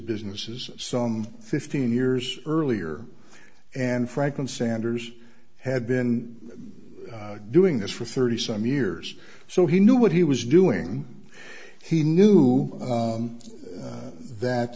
businesses some fifteen years earlier and franklin sanders had been doing this for thirty some years so he knew what he was doing he knew